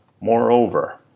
Moreover